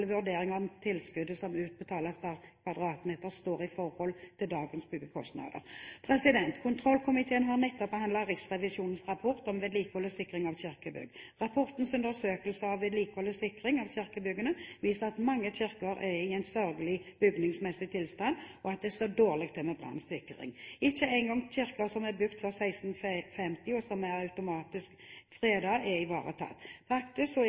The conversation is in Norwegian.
vurdering av om tilskuddet som utbetales per kvadratmeter, står i forhold til dagens byggekostnader. Kontrollkomiteen har nettopp behandlet Riksrevisjonens rapport om vedlikehold og sikring av kirkebygg. Rapportens undersøkelser av vedlikehold og sikring av kirkebyggene viser at mange kirker er i en sørgelig bygningsmessig tilstand, og at det står dårlig til med brannsikring. Ikke engang kirker som er bygd før 1650, og som automatisk er fredet, er i varetatt. Faktisk er